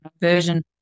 version